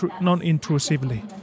non-intrusively